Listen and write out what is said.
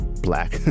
black